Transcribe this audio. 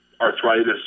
arthritis